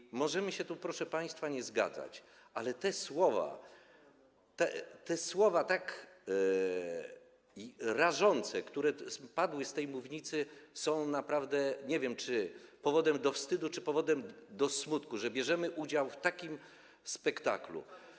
I możemy się tu, proszę państwa, nie zgadzać, ale te słowa, słowa tak rażące, które padły z tej mównicy, są naprawdę, nie wiem, czy powodem do wstydu, czy powodem do smutku, że bierzemy udział w takim spektaklu.